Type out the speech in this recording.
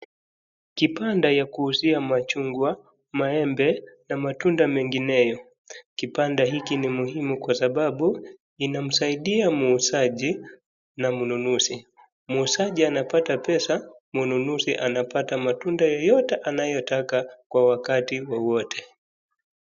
Kibanda ya kuuzia machungwa, maembe na matunda mengineo. Kibanda hiki ni muhimu kwa sababu inamsaidia muuzaji na mnunuzi. Muuzaji anapata pesa, mnunuzi anapata matunda yoyote anayotaka kwa wakati wowote.